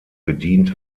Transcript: bedient